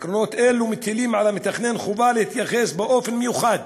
עקרונות אלה מטילים על המתכנן חובה להתייחס באופן מיוחד